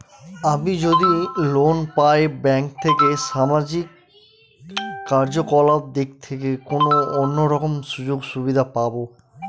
আমি যদি লোন পাই ব্যাংক থেকে সামাজিক কার্যকলাপ দিক থেকে কোনো অন্য রকম সুযোগ সুবিধা পাবো?